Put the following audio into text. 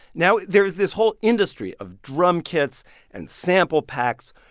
now there's this whole industry of drum kits and sample packs,